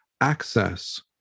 access